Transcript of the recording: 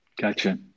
Gotcha